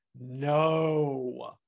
no